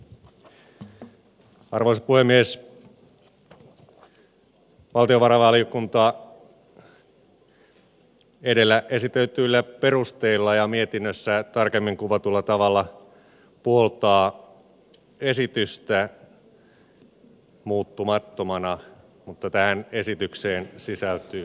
valtiovarainvaliokunta edellä esitetyillä perusteilla ja mietinnössä tarkemmin kuvatulla tavalla puoltaa esitystä muuttamattomana mutta tähän esitykseen sisältyy vastalause